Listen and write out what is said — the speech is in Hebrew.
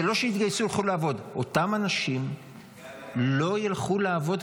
זה לא "שיתגייסו או ילכו לעבוד" אותם אנשים לא ילכו לעבוד,